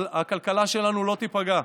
אבל הכלכלה שלנו לא תיפגע.